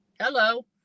Hello